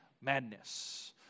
madness